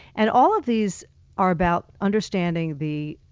and all of these are about understanding the